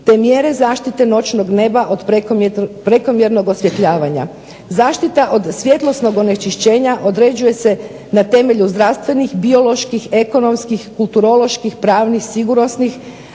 te mjere zaštite noćnog neba od prekomjernog osvjetljavanja. Zaštita od svjetlosnog onečišćenja određuje se na temelju zdravstvenih, bioloških, ekonomskih, kulturoloških, pravnih, sigurnosnih